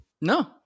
no